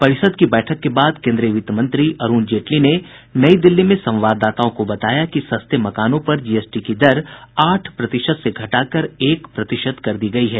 परिषद की बैठक के बाद केन्द्रीय वित्त मंत्री अरूण जेटली ने नई दिल्ली में संवाददाताओं को बताया कि सस्ते मकानों पर जीएसटी की दर आठ प्रतिशत से घटाकर एक प्रतिशत कर दी गई है